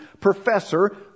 professor